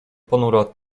ponura